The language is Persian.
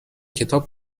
کتاب